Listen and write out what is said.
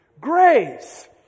Grace